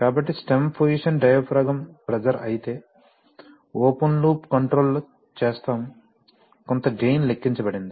కాబట్టి stem position diaphragm pressure అయితే open loop control లో చేస్తాము కొంత గెయిన్ లెక్కించబడింది